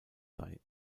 sei